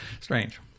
Strange